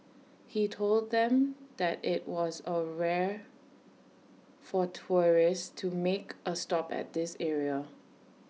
he told them that IT was A rare for tourists to make A stop at this area